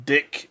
Dick